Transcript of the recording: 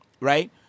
right